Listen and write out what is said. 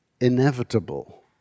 inevitable